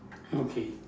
okay